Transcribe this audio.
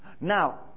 Now